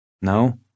No